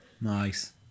Nice